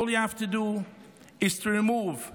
All you have to do is to remove the